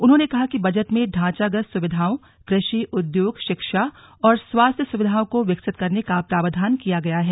उन्होंने कहा कि बजट में ढांचागत सुविधाओं कृषि उद्योग शिक्षा और स्वास्थ्य सुविधाओं को विकसित करने का प्रावधान किया गया है